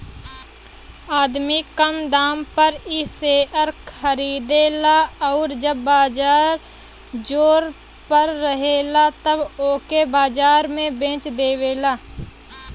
आदमी कम दाम पर इ शेअर खरीदेला आउर जब बाजार जोर पर रहेला तब ओके बाजार में बेच देवेला